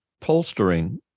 Polstering